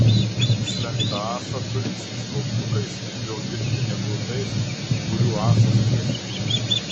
išlenktą ąsą turinčiais kauptukais lengviau dirbti negu tais kurių ąsos tiesios